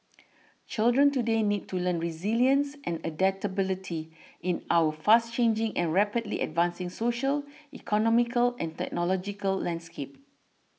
children today need to learn resilience and adaptability in our fast changing and rapidly advancing social economical and technological landscape